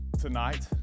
tonight